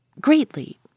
Greatly